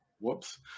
Whoops